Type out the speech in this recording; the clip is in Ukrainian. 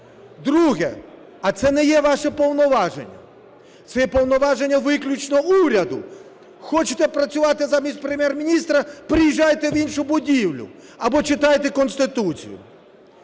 Друге. А це не є ваше повноваження. Це повноваження виключно уряду. Хочете працювати замість Прем'єр-міністра, переїжджайте в іншу будівлю або читайте Конституцію.